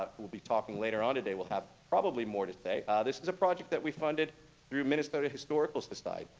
will be talking later on today will have probably more to say. ah this is a project that we funded through minnesota historical society.